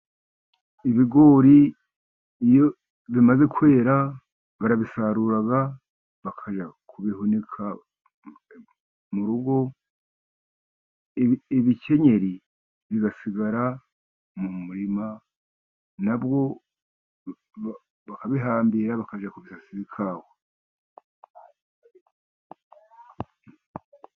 Ibigori iyo bimaze kwera barabisarura bakajya kubihunika mu rugo ibikenyeri bigasigara mu murima, nabwo bakabihambira bakajya kubisasira ikawa.